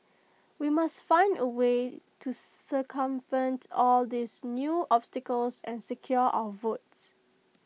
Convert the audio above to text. we must find A way to circumvent all these new obstacles and secure our votes